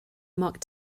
mock